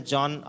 John